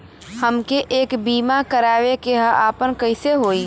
हमके एक बीमा करावे के ह आपन कईसे होई?